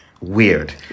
Weird